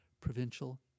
provincial